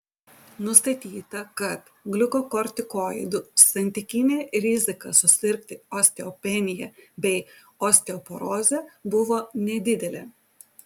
nustatyta kad gliukokortikoidų santykinė rizika susirgti osteopenija bei osteoporoze buvo nedidelė